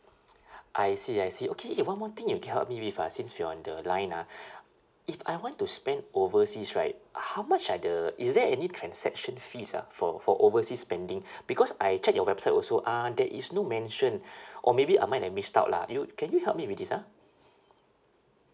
I see I see okay okay one more thing you can help me with ah since we're on the line ah if I want to spend overseas right how much are the is there any transaction fees ah for for overseas spending because I check your website also uh there is no mention or maybe I might have missed out lah you can you help me with this ah